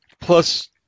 plus